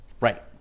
Right